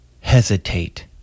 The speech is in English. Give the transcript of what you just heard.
hesitate